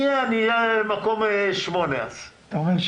בחלק מהמקצועות בוודאי שחסר, יש כשל